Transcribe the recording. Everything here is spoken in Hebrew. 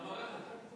אתה מברך על זה.